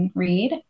read